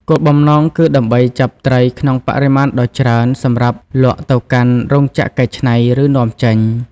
គោលបំណងគឺដើម្បីចាប់ត្រីក្នុងបរិមាណដ៏ច្រើនសម្រាប់លក់ទៅកាន់ រោងចក្រកែច្នៃ ឬនាំចេញ។